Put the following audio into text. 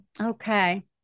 Okay